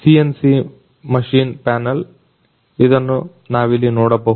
CNC machine panel ಇದನ್ನು ನಾವಿಲ್ಲಿ ನೋಡಬಹುದಾ